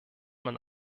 man